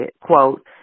quote